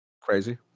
Crazy